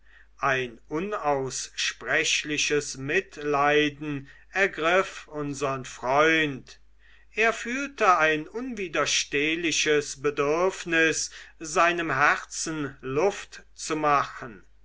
ein unaussprechliches mitleiden ergriff unsern freund er fühlte ein unwiderstehliches bedürfnis seinem herzen luft zu machen